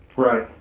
right,